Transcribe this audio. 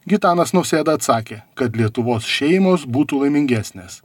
gitanas nausėda atsakė kad lietuvos šeimos būtų laimingesnės